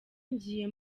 ngiye